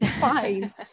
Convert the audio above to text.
fine